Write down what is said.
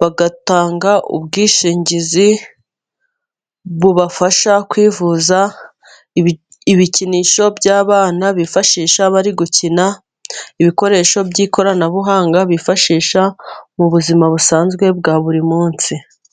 bagatanga ubwishingizi bubafasha kwivuza, ibikinisho by'abana bifashisha bari gukina, ibikoresho by'ikoranabuhanga bifashisha mu buzima busanzwe bwa buri munsi.